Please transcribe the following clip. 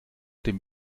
dem